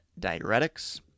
diuretics